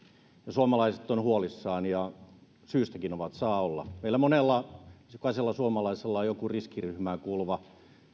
suomalaiset ovat huolissaan ja syystäkin ovat saa olla meillä monella jokaisella suomalaisella on joku riskiryhmään kuuluva